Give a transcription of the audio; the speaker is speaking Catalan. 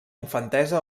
infantesa